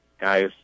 guys